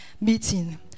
meeting